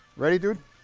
ready dude?